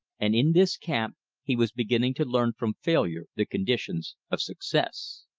and in this camp he was beginning to learn from failure the conditions of success.